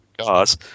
cars